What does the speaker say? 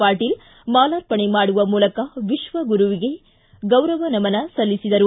ಪಾಟೀಲ್ ಮಾಲಾರ್ಪಣೆ ಮಾಡುವ ಮೂಲಕ ವಿಶ್ವಗುರುವಿಗೆ ಗೌರವ ನಮನ ಸಲ್ಲಿಸಿದರು